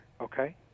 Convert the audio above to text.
Okay